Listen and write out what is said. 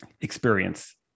experience